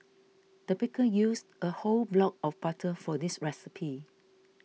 the baker used a whole block of butter for this recipe